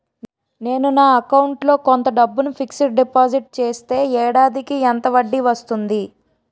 నేను నా అకౌంట్ లో కొంత డబ్బును ఫిక్సడ్ డెపోసిట్ చేస్తే ఏడాదికి ఎంత వడ్డీ వస్తుంది?